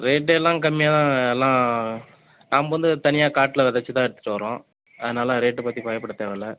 rate எல்லாம் கம்மியாக தான் எல்லாம் நம்ப வந்து தனியாக காட்டில் விதச்சு தான் எடுத்துகிட்டு வரோம் அதனால் ரேட்டு பற்றி பயப்பட தேவயில்லை